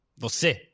Você